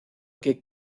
que